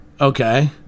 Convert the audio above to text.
okay